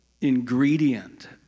ingredient